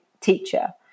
teacher